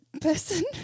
person